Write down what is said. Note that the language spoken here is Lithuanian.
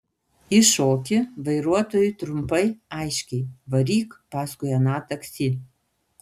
įšoki vairuotojui trumpai aiškiai varyk paskui aną taksi